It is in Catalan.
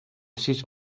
sis